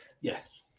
Yes